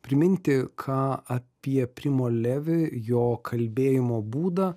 priminti ką apie primo levi jo kalbėjimo būdą